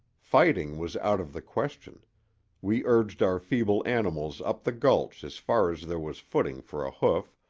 fighting was out of the question we urged our feeble animals up the gulch as far as there was footing for a hoof,